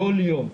כל יום,